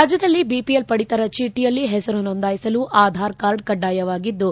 ರಾಜ್ಯದಲ್ಲಿ ವಿಪಿಎಲ್ ಪಡಿತರ ಚೀಟಿಯಲ್ಲಿ ಹೆಸರು ನೋಂದಾಯಿಸಲು ಆಧಾರ್ ಕಾರ್ಡ್ ಕಡ್ಡಾಯವಾಗಿದ್ದು